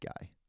guy